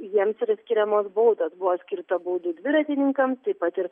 jiems yra skiriamos baudos buvo skirta baudų dviratininkams taip pat ir